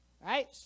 right